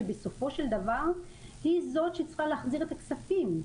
שבסופו של דבר היא זו שצריכה להחזיר את הכספים.